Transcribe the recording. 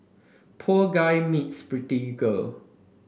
poor guy meets pretty girl